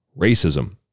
racism